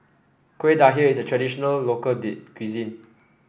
Kuih Dadar is a traditional local cuisine